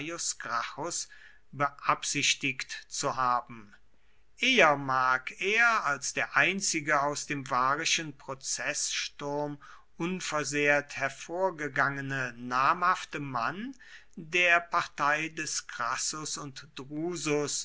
beabsichtigt zu haben eher mag er als der einzige aus dem varischen prozeßsturm unversehrt hervorgegangene namhafte mann der partei des crassus und drusus